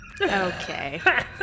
Okay